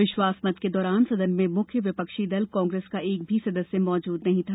विश्वासमत के दौरान सदन में मुख्य विपक्षी दल कांग्रेस का एक भी सदस्य मौजूद नहीं था